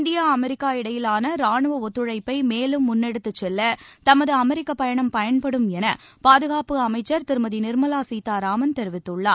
India America இடையிலானராணுவஒத்துழைப்பைமேலும் முன்னெடுத்துச் செல்ல தமதுஅமெரிக்கப் பயணம் பயன்படும் எனபாதுகாப்பு அமைச்சர் திருமதிநிர்மலாசீதாராமன் தெரிவித்துள்ளார்